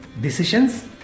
decisions